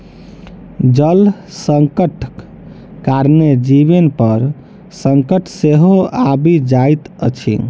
जल संकटक कारणेँ जीवन पर संकट सेहो आबि जाइत छै